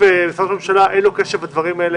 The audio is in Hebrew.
בסופו של דבר למשרד ראש הממשלה אין קשר לדברים האלה,